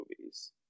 movies